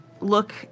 look